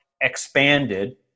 expanded